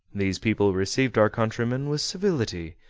these people received our countrymen with civility,